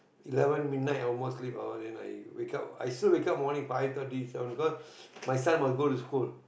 eleven midnight I almost sleep then I wake up I still wake up morning five thirty seven because my son must go to school